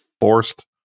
forced